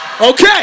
Okay